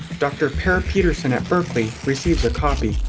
dr. per peterson at berkeley receives a copy.